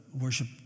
worship